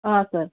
sir